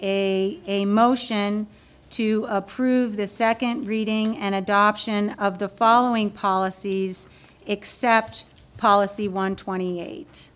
a motion to approve the second reading and adoption of the following policies except policy one twenty eight